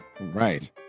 Right